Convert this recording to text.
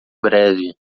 breve